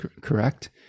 correct